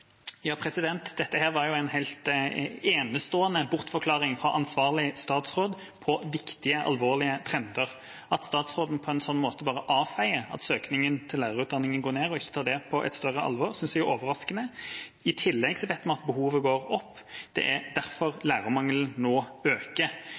Dette var jo en helt enestående bortforklaring fra ansvarlig statsråd av viktige, alvorlige trender. At statsråden på en sånn måte bare avfeier at søkningen til lærerutdanningen går ned og ikke tar det på et større alvor, synes jeg er overraskende. I tillegg vet vi at behovet går opp. Det er derfor